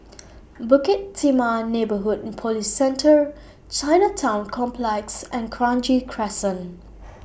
Bukit Timah Neighbourhood Police Centre Chinatown Complex and Kranji Crescent